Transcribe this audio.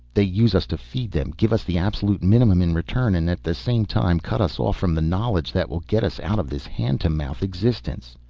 they use us to feed them, give us the absolute minimum in return, and at the same time cut us off from the knowledge that will get us out of this hand to mouth existence.